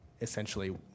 essentially